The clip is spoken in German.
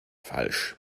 falsch